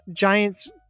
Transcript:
Giants